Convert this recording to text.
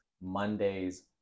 Mondays